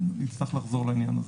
נצטרך לחזור לעניין הזה.